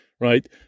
right